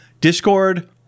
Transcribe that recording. Discord